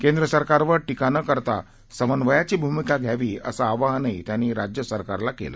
केंद्रसरकारवर टीका न करता समन्वयाची भूमिका घ्यावी असं आवाहनही त्यांनी राज्यसरकारला केलं